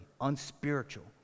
unspiritual